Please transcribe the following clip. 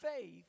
faith